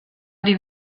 die